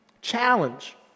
Challenge